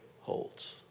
holds